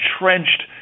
entrenched